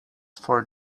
for